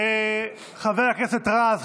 חבר הכנסת רז,